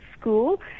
school